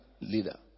leader